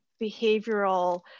behavioral